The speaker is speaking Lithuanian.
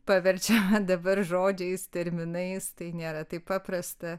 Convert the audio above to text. paverčia dabar žodžiais terminais tai nėra taip paprasta